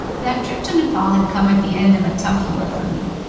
that trip to nepal had come at the end of a tough year for me.